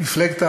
מפלגת העבודה,